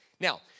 Now